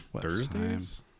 Thursdays